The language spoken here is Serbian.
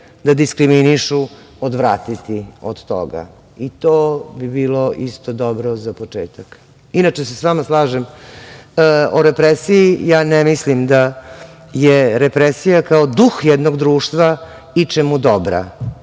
da diskriminišu odvratiti od toga i to bi bilo isto dobro za početak. Inače, slažem se sa vama o represiji. Ne mislim da je represija kao duh jednog društva ičemu dobra.